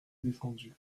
défendu